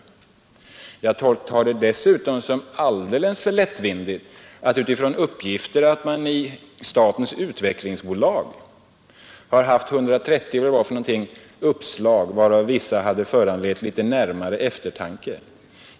Dessutom uppfattar jag det som alldeles för lättvindigt att man utifrån de uppgifter man har från statens utvecklingsbolag kunnat säga att av 130, eller vilken siffra det nu var, uppslag hade vissa föranlett litet närmare eftertanke.